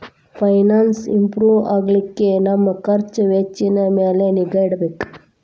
finance improve ಆಗ್ಲಿಕ್ಕೆ ನಮ್ ಖರ್ಛ್ ವೆಚ್ಚಿನ್ ಮ್ಯಾಲೆ ನಿಗಾ ಇಡ್ಬೆಕ್